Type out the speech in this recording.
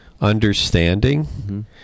understanding